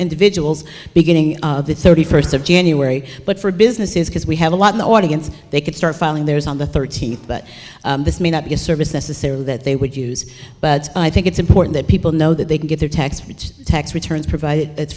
individuals beginning of the thirty first of january but for businesses because we have a lot of the audience they could start filing theirs on the thirteenth but this may not be a service necessarily that they would use but i think it's important that people know that they can get their tax which tax returns provided it's